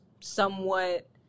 somewhat